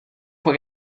fue